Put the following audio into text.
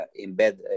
embed